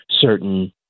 certain